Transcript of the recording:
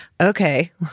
Okay